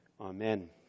Amen